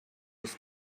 was